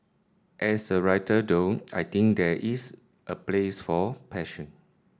as a writer though I think there is a place for passion